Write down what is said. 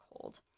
cold